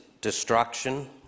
destruction